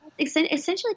Essentially